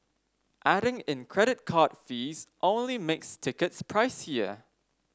adding in credit card fees only makes tickets pricier